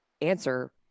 answer